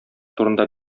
турында